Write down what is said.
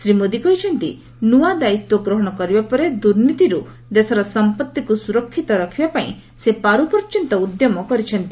ଶ୍ରୀ ମୋଦି କହିଛନ୍ତି ନୂଆ ଦାୟିତ୍ୱ ଗ୍ରହଣ କରିବା ପରେ ଦୁର୍ନୀତିରୁ ଦେଶର ସମ୍ପଭିକୁ ସୁରକ୍ଷିତ ରଖିବାପାଇଁ ସେ ପାରୁପର୍ଯ୍ୟନ୍ତ ଉଦ୍ୟମ କରିଛନ୍ତି